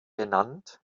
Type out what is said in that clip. benannt